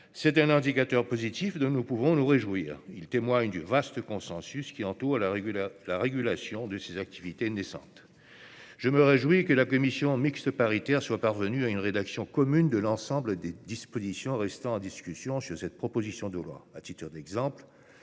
un indicateur positif dont nous pouvons nous réjouir. Il témoigne du vaste consensus qui entoure la régulation de ces activités naissantes. Je me réjouis que la commission mixte paritaire soit parvenue à une rédaction commune sur l'ensemble des dispositions de cette proposition de loi